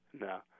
No